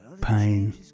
pain